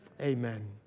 amen